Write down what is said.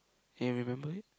can you remember it